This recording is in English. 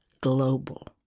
global